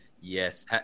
Yes